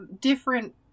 different